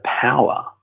power